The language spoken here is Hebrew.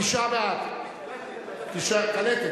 התשע"א 2010,